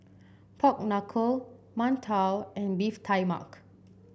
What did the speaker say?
Pork Knuckle mantou and beef tai mak